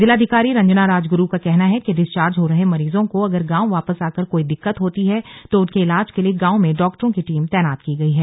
जिलाधिकारी रंजना राजगुरू का कहना है कि डिस्चार्ज हो रहे मरीजों को अगर गांव वापस आकर कोई दिक्कत होती है तो उनके इलाज के लिए गांव में डॉक्टरों की टीम तैनात की गयी है